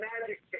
magic